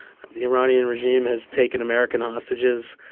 the iranian regime has taken american hostages,